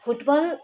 football